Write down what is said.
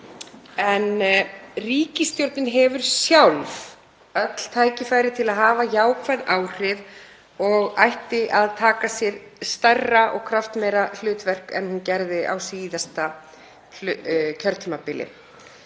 en ríkisstjórnin hefur sjálf öll tækifæri til að hafa jákvæð áhrif og ætti að taka sér stærra og kraftmeira hlutverk en hún gerði á síðasta kjörtímabili.